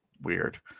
weird